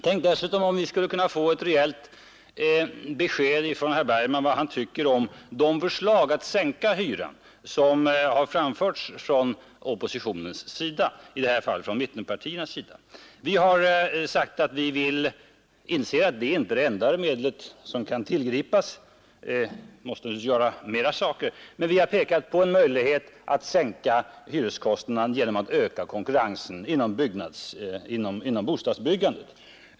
Tänk om vi dessutom skulle kunna få ett rejält besked av herr Bergman om vad han tycker om de förslag om att sänka hyran som här har framförts från vår sida, alltså möjligheten att sänka kostnaderna genom att öka konkurrensen inom bostadsbyggandet.